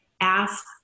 ask